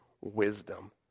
wisdom